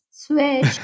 switch